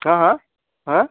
ହାଁ ହାଁ ହାଁ